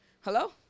Hello